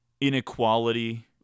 inequality